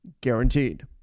guaranteed